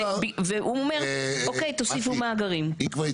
והוא אומר אוקיי, תוסיפו מאגרים.